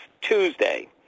Tuesday